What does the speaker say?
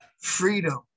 freedom